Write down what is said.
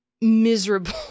miserable